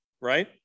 right